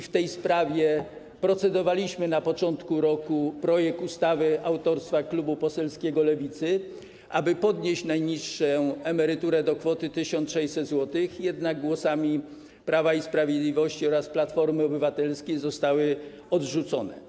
W tej sprawie procedowaliśmy na początku roku nad projektem ustawy autorstwa klubu poselskiego Lewicy, aby podnieść najniższą emeryturę do kwoty 1600 zł, jednak głosami Prawa i Sprawiedliwości oraz Platformy Obywatelskiej zostało to odrzucone.